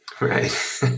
Right